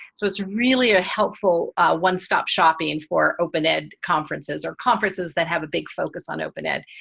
so, it's really a helpful one-stop shopping for open ed conferences or conferences that have a big focus on open ed.